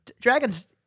Dragons